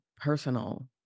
personal